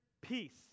peace